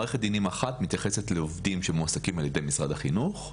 מערכת דינים אחת מתייחסת לעובדים שמועסקים על ידי משרד החינוך,